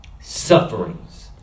sufferings